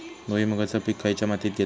भुईमुगाचा पीक खयच्या मातीत घेतत?